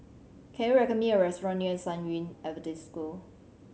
can you recommend me a restaurant near San Yu Adventist School